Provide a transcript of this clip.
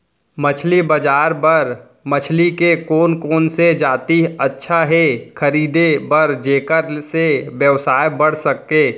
मछली बजार बर मछली के कोन कोन से जाति अच्छा हे खरीदे बर जेकर से व्यवसाय बढ़ सके?